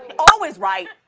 and oh is right.